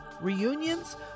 reunions